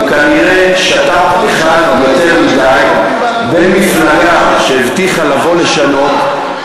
הוא כנראה שת"פ אחד יותר מדי במפלגה שהבטיחה לבוא לשלום,